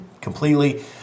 completely